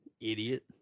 idiot